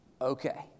okay